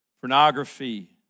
pornography